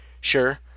sure